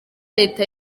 leta